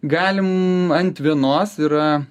galim ant vienos yra